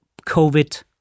COVID